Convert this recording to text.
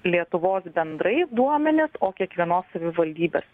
lietuvos bendrai duomenis o kiekvienos savivaldybės